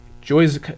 joys